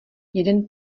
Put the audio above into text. jeden